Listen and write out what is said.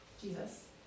Jesus